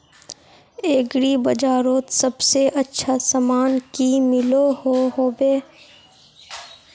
Agri बजारोत सबसे अच्छा सामान की मिलोहो होबे?